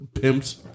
pimps